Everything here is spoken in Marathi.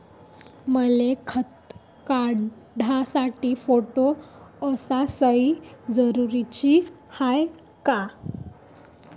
मले खातं काढासाठी फोटो अस सयी जरुरीची हाय का?